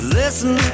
listen